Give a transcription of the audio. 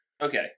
Okay